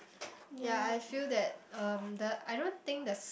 ya I feel that um the I don't think the